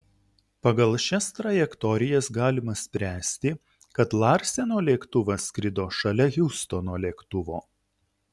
pagal šias trajektorijas galima spręsti kad larseno lėktuvas skrido šalia hiustono lėktuvo